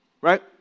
right